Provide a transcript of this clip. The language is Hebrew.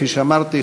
כפי שאמרתי,